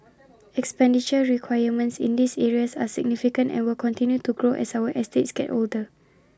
expenditure requirements in these areas are significant and will continue to grow as our estates get older